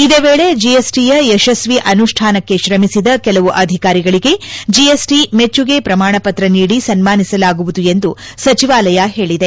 ಇದೇ ವೇಳೆ ಜಿಎಸ್ ಟಿಯ ಯಶಸ್ವಿ ಅನುಷ್ಠಾನಕ್ಕೆ ಶ್ರಮಿಸಿದ ಕೆಲವು ಅಧಿಕಾರಿಗಳಿಗೆ ಜೆಎಸ್ ಟಿ ಮೆಚ್ಚುಗೆ ಪ್ರಮಾಣಪತ್ರ ನೀಡಿ ಸನ್ಮಾನಿಸಲಾಗುವುದು ಎಂದು ಸಚಿವಾಲಯ ಹೇಳಿದೆ